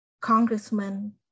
Congressman